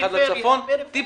כן.